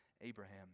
Abraham